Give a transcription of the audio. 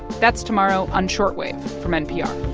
that's tomorrow on short wave from npr